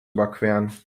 überqueren